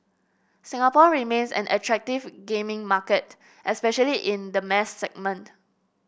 Singapore remains an attractive gaming market especially in the mass segment